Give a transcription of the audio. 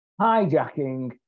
hijacking